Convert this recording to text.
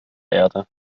erde